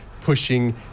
pushing